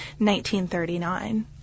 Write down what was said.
1939